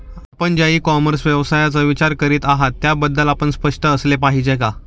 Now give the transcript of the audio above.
आपण ज्या e commerce व्यवसायाचा विचार करीत आहात त्याबद्दल आपण स्पष्ट असले पाहिजे का?